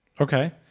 Okay